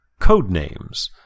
Codenames